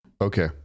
Okay